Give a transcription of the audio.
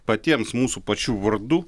patiems mūsų pačių vardu